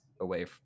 away